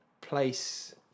place